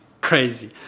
crazy